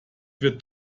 wird